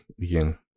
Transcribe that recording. again